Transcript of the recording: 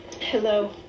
Hello